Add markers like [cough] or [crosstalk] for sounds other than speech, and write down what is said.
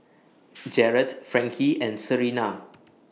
[noise] Jaret Frankie and Serina